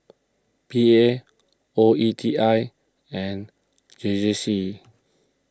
P A O E T I and J J C